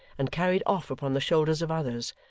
and carried off upon the shoulders of others,